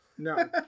No